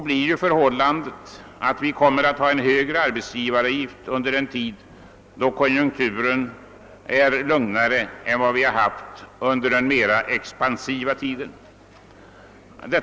Vi kommer alltså att ha en högre arbetsgivaravgift under en tid med lugnare konjunktur än vad vi haft under den senaste mera expansiva perioden.